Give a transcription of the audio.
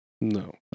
No